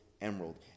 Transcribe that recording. emerald